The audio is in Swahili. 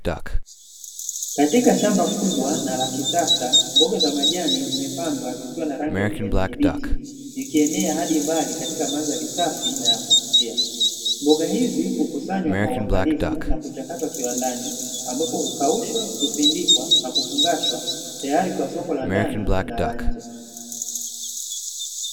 Katika shamba kubwa na la kisasa mboga za majani zimepandwa zikiwa na rangi ya kijani kibichi zikienea hadi mbali katika mandhari safi na ya kuvutia, mboga hizi hukusanywa kwa uangalifu na kuchakatwa kiwandani ambapo hukaushwa, kusindikwa na kufungashwa tayari kwa soko la ndani na la nje.